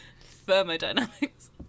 Thermodynamics